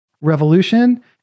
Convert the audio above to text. Revolution